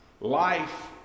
life